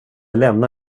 lämna